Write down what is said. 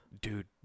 Dude